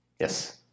Yes